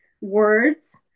words